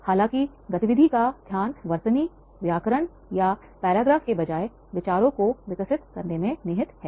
हालांकि गतिविधि का ध्यान वर्तनी व्याकरण या पैराग्राफ के बजाय विचारों को विकसित करने में निहित है